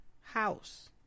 House